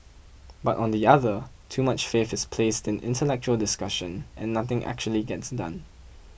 but on the other too much faith is placed in intellectual discussion and nothing actually gets done